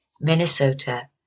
Minnesota